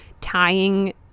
tying